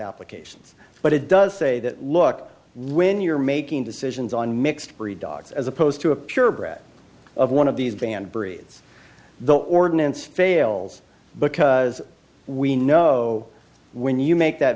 applications but it does say that look when you're making decisions on mixed breed dogs as opposed to a purebred of one of these banned breeds the ordinance fails because we know when you make that